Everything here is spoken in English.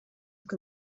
look